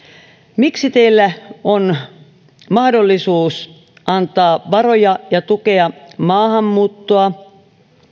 miksi teillä on mahdollisuus antaa varoja ja tukea maahanmuuttoa